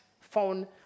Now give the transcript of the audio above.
Phone